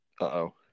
Uh-oh